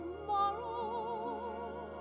tomorrow